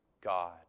God